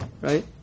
right